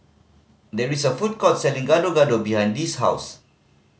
there is a food court selling Gado Gado behind Dee's house